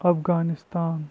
Afghanistan